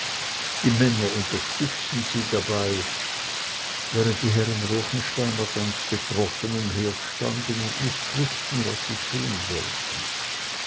die männer unterstützten sie dabei während die herren ruechensteiner ganz betroffen umherstanden und nicht wußten was sie tun sollten